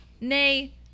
nay